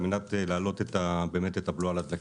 על מנת באמת להעלות את הנוהל התקין.